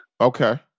Okay